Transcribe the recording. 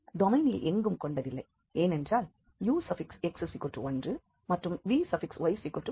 டொமைனில் எங்கும் கொண்டதில்லை ஏனென்றால் ux1 மற்றும் vy 1